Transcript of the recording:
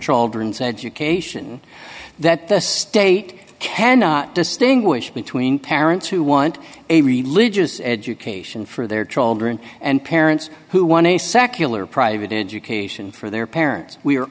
children's education that the state cannot distinguish between parents who want a religious education for their children and parents who want a secular private education for their parents we